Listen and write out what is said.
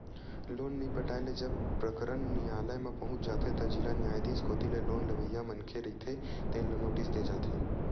loan नइ पटाए ले जब प्रकरन नियालय म पहुंच जाथे त जिला न्यायधीस कोती ले लोन लेवइया मनखे रहिथे तेन ल नोटिस दे जाथे